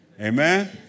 Amen